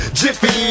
jiffy